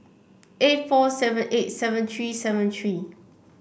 eight four seven eight seven three seven three